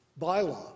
bylaw